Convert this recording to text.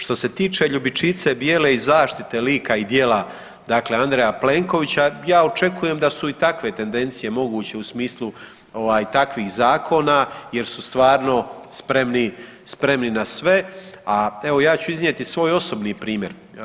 Što se tiče ljubičice bijele i zaštite lika i djela dakle Andreja Plenkovića ja očekujem da su i takve tendencije moguće u smislu ovaj takvih zakona jer su stvarno spremni, spremni na sve, a evo ja ću iznijeti svoj osobni primjer.